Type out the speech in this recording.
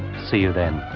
see you then.